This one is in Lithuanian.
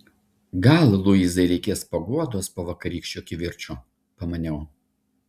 gal luizai reikės paguodos po vakarykščio kivirčo pamaniau